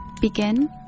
Begin